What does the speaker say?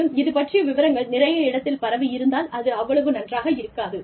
மேலும் இது பற்றிய விவரங்கள் நிறைய இடத்தில் பரவியிருந்தால் அது அவ்வளவு நன்றாக இருக்காது